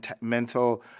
mental